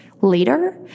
later